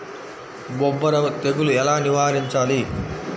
బొబ్బర తెగులు ఎలా నివారించాలి?